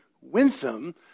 winsome